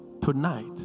tonight